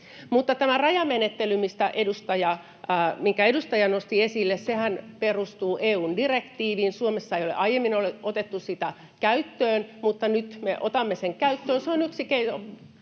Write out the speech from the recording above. Mutta tämä rajamenettelyhän, minkä edustaja nosti esille, perustuu EU:n direktiiviin. Suomessa ei ole aiemmin otettu sitä käyttöön, mutta nyt me otamme sen käyttöön. Se on yksi keino